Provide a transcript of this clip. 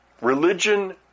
Religion